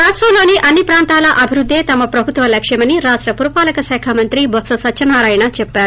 రాష్టంలోని అన్ని ప్రాంతాల అభివృద్దే తమ ప్రభుత్వ లక్ష్యమని రాష్ట పురపాలక శాఖా మంత్రి బొత్సే సత్యనారాయణ చెప్పారు